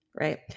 right